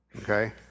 okay